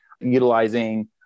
utilizing